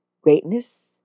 Greatness